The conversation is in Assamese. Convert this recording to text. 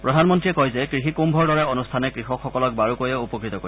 প্ৰধানমন্ত্ৰীয়ে কয় যে কৃষি কৃম্ভৰ দৰে অনুষ্ঠানে কৃষকসকলক বাৰুকৈয়ে উপকৃত কৰিব